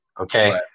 Okay